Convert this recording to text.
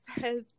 says